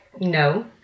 no